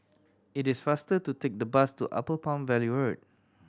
it is faster to take the bus to Upper Palm Valley Road